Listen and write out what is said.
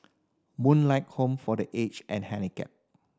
Moonlight Home for The Aged and Handicap